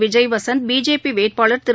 Vijay Vasanth BJP வேட்பாளர் திரு